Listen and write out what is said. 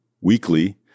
weekly